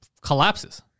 collapses